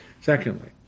Secondly